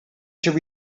again